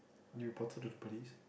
you report to the police